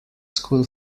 school